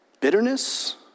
bitterness